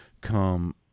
come